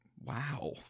Wow